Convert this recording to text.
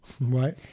Right